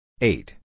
Eight